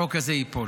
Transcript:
החוק הזה ייפול.